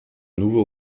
nouveau